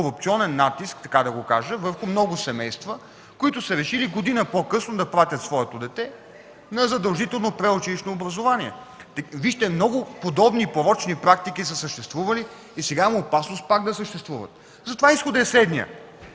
корупционен натиск, така да го кажа, върху много семейства, които са решили година по-късно да изпратят своето дете на задължително предучилищно образование. (Реплики от ГЕРБ.) Вижте, много подборни порочни практики са съществували и сега има опасност пак да съществуват. Затова изходът е следният.